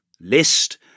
list